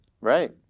Right